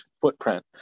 footprint